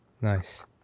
nice